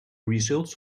results